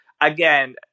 again